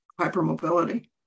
hypermobility